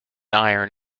iron